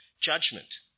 judgment